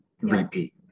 Repeat